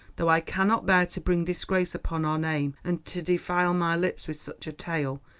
though i cannot bear to bring disgrace upon our name and to defile my lips with such a tale,